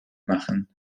machen